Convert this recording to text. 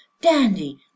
dandy